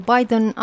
Biden